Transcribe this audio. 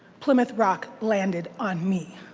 plymouth rock landed on me.